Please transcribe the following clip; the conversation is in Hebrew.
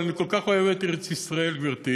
אבל אני כל כך אוהב את ארץ-ישראל, גברתי,